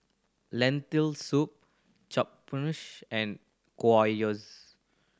Lentil Soup Japchae and Gyoza